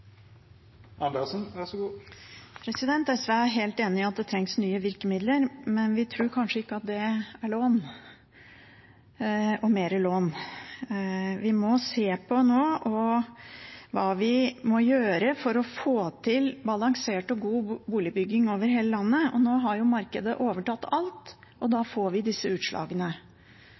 helt enig i at det trengs nye virkemidler, men vi tror kanskje ikke at det er lån og mer lån. Vi må nå se på hva vi må gjøre for å få til balansert og god boligbygging over hele landet. Nå har markedet overtatt alt, og da får vi disse utslagene.